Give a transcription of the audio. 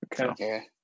Okay